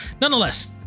Nonetheless